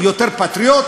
הוא יותר פטריוט?